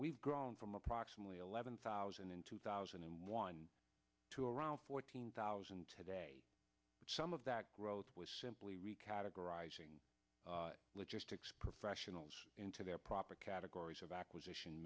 we've grown from approximately eleven thousand in two thousand and one to around fourteen thousand today some of that growth was simply re categorizing logistics professionals into their proper categories of acquisition